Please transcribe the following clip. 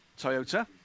Toyota